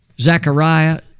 Zechariah